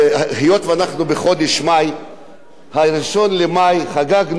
ב-1 במאי חגגנו את יום הסולידריות עם העובדים,